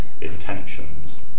intentions